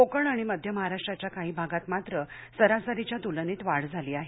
कोकण आणि मध्य महाराष्ट्राच्या काही भागात मात्र सरासरीच्या तुलनेत वाढ झाली आहे